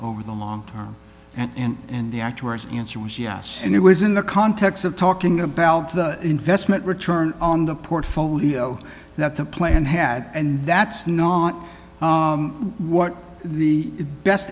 over the long term and in the actual answer was yes and it was in the context of talking about the investment return on the portfolio that the plan had and that's not what the best